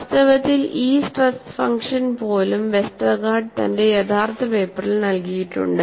വാസ്തവത്തിൽ ഈ stress function പോലും വെസ്റ്റർഗാർഡ് തന്റെ യഥാർത്ഥ പേപ്പറിൽ നൽകിയിട്ടുണ്ട്